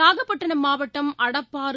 நாகப்பட்டிணம் மாவட்டம் அடப்பாறு